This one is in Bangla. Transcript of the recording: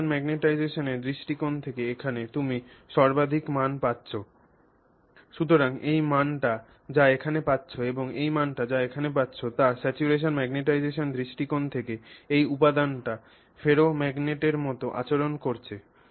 স্যাচুরেশন ম্যাগনেটাইজেশনের দৃষ্টিকোণ থেকে এখানে তুমি সর্বাধিক মান পাচ্ছ সুতরাং এই মানটি যা এখানে পাচ্ছ এবং এই মানটি যা এখানে পাচ্ছ তা স্যাচুরেশন ম্যাগনেটাইজেশনের দৃষ্টিকোণ থেকে এই উপাদানটি ফেরোম্যাগনেটের মতো আচরণ করছে